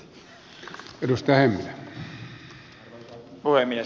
arvoisa puhemies